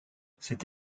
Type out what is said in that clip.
cette